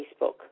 Facebook